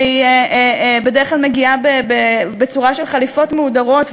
והיא בדרך כלל מגיעה בצורה של חליפות מהודרות,